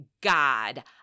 God